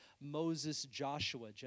Moses-Joshua